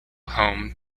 home